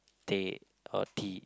teh or tea